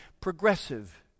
progressive